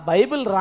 Bible